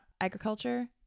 agriculture